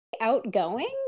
outgoing